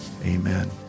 amen